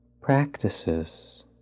practices